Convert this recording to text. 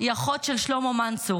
היא אחות של שלמה מנצור